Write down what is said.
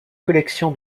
collection